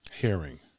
hearing